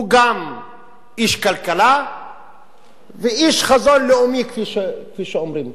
הוא גם איש כלכלה ואיש חזון לאומי, כפי שאומרים,